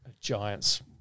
Giants